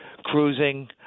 cruising